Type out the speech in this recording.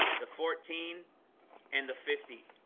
the fourteen and the fifty.